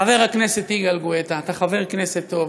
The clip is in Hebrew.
חבר הכנסת יגאל גואטה, אתה חבר כנסת טוב,